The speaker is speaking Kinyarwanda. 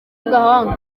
agahanga